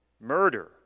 murder